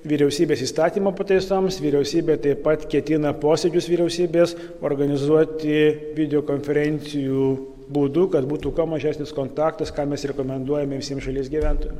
vyriausybės įstatymo pataisoms vyriausybė taip pat ketina posėdžius vyriausybės organizuoti video konferencijų būdu kad būtų kuo mažesnis kontaktas ką mes rekomenduojame visiems šalies gyventojam